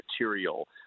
material